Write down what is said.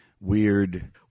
weird